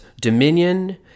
Dominion